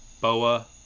Boa